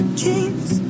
jeans